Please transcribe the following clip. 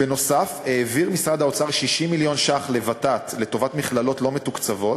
בנוסף העביר משרד האוצר 60 מיליון ש"ח לוות"ת לטובת מכללות לא מתוקצבות.